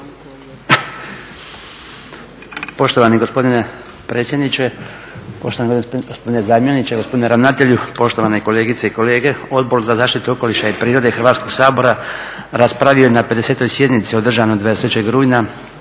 Poštovani gospodine predsjedniče, poštovani gospodine zamjeniče, gospodine ravnatelju, poštovane kolegice i kolege. Odbor za zaštitu okoliša i prirode Hrvatskog sabora raspravio je na 50. sjednici održanoj 23. rujna